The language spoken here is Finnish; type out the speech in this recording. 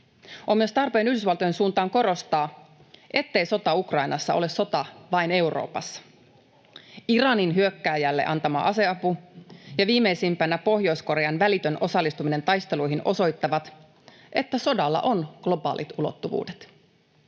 On myös tarpeen Yhdysvaltojen suuntaan korostaa, ettei sota Ukrainassa ole sota vain Euroopassa. Iranin hyökkääjälle antama aseapu ja viimeisimpänä Pohjois-Korean välitön osallistuminen taisteluihin osoittavat, että sodalla on globaalit ulottuvuudet.